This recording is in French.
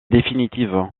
définitive